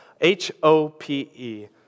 H-O-P-E